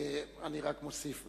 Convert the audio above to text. אני רק מוסיף.